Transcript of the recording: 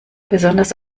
besonders